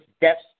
deaths